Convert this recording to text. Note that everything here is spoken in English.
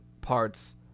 parts